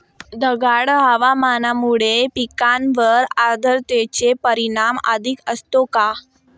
ढगाळ हवामानामुळे पिकांवर आर्द्रतेचे परिणाम अधिक असतो का?